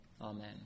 Amen